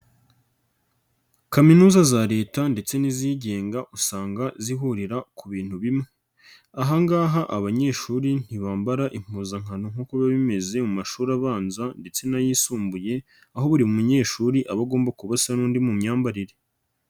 Kaminuza za leta ndetse n'izigenga usanga zihurira ku bintu bimwe. Aha ngaha abanyeshuri ntibambara impuzankano nk'uko biba bimeze mu mashuri abanza ndetse n'ayisumbuye, aho buri munyeshuri aba agomba kubasa n'undi mu myambarire.